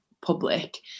public